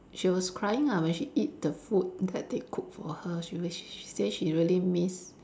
she was crying ah when she eat the food that they cook for her she w~ she say she really miss